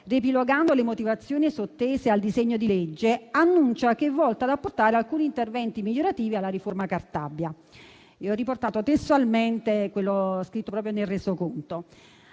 riepilogando le motivazioni sottese al disegno di legge, annuncia che esso è volto ad apportare alcuni interventi migliorativi alla riforma Cartabia. Io ho riportato testualmente quanto scritto nel Resoconto.